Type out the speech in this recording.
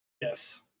Yes